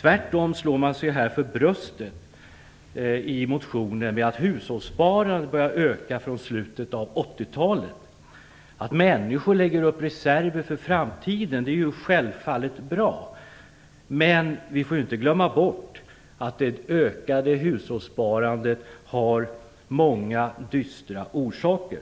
Tvärtom slår man sig för bröstet och säger i motionen att hushållssparandet började öka från slutet av 80-talet. Att människor lägger upp reserver för framtiden är självfallet bra. Men vi får inte glömma bort att det ökade hushållssparandet har många dystra orsaker.